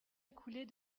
écoulée